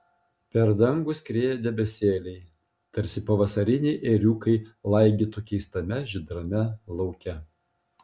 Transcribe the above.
per dangų skrieja debesėliai tarsi pavasariniai ėriukai laigytų keistame žydrame lauke